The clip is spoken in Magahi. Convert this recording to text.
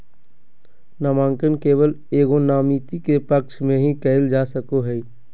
नामांकन केवल एगो नामिती के पक्ष में ही कइल जा सको हइ